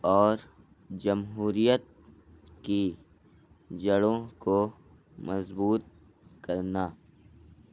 اور جمہوریت کی جڑوں کو مضبوط کرنا